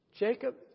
Jacob